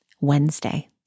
Wednesday